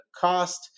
cost